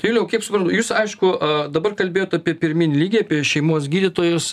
juliau kaip suprantu jūs aišku dabar kalbėjot apie pirminį lygį apie šeimos gydytojus